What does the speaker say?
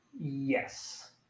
yes